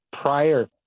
prior